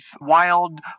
wild